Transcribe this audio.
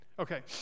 Okay